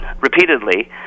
repeatedly